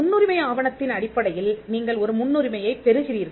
முன்னுரிமை ஆவணத்தின் அடிப்படையில் நீங்கள் ஒரு முன்னுரிமையைப் பெறுகிறீர்கள்